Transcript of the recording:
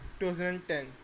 2010